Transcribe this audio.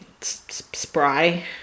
spry